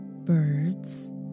Birds